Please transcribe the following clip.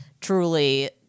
truly